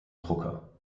drucker